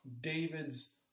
David's